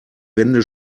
wände